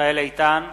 מיכאל איתן,